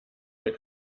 der